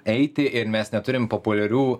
eiti ir mes neturim populiarių